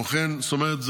זאת אומרת,